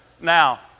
Now